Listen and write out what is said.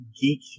geek